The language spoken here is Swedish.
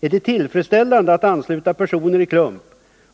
Är det tillfredsställande att ansluta personer i klump